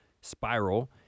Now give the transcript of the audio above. spiral